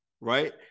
right